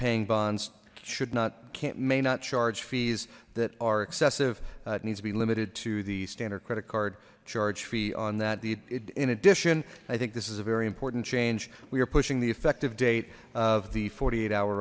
paying bonds should not may not charge fees that are excessive it needs to be limited to the standard credit card charge fee on that the in addition i think this is a very important change we are pushing the effective date of the forty eight hour